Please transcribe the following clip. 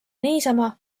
niisama